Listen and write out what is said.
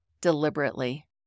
deliberately